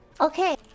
Okay